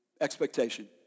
expectation